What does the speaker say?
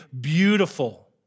beautiful